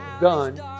done